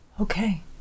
Okay